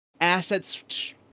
assets